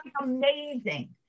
amazing